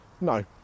no